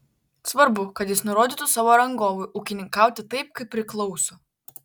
svarbu kad jis nurodytų savo rangovui ūkininkauti taip kaip priklauso